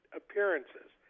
appearances